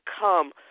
come